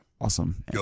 Awesome